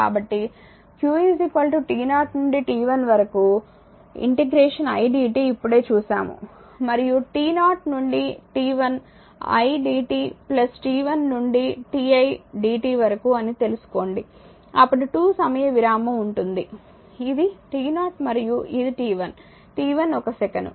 కాబట్టి q t0 నుండి t1 వరకు idt ఇప్పుడే చూశాము మరియు t 0 నుండి t 1 idt t 1 నుండి ti dt వరకు అని తెలుసుకోండి అప్పుడు 2 సమయ విరామం ఉంటుంది ఇది t0 మరియు ఇది t 1 t 1 ఒక సెకను